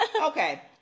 Okay